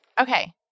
Okay